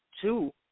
Two